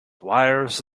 wires